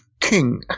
king